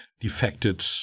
defected